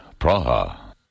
Praha